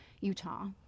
Utah